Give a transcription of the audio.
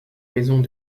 maisons